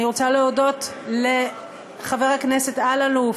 אני רוצה להודות לחבר הכנסת אלאלוף,